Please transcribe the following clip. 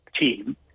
team